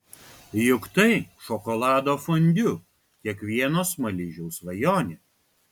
juk tai šokolado fondiu kiekvieno smaližiaus svajonė